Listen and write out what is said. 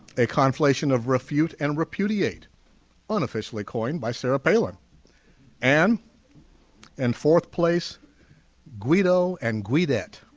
a conflation of refute and repudiate unofficially coined by sarah palin and and fourth-place guido and guidette